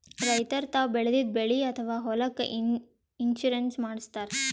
ರೈತರ್ ತಾವ್ ಬೆಳೆದಿದ್ದ ಬೆಳಿ ಅಥವಾ ಹೊಲಕ್ಕ್ ಇನ್ಶೂರೆನ್ಸ್ ಮಾಡಸ್ತಾರ್